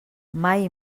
mai